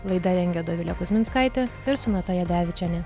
laidą rengė dovilė kuzminskaitė ir sonata jadevičienė